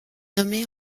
nommée